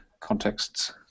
contexts